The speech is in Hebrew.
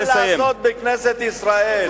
אין לכם מה לעשות בכנסת ישראל.